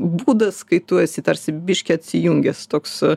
būdas kai tu esi tarsi biški atsijungęs toks